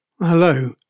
Hello